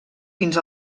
fins